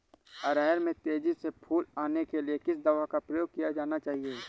अरहर में तेजी से फूल आने के लिए किस दवा का प्रयोग किया जाना चाहिए?